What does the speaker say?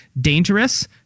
dangerous